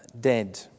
dead